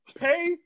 Pay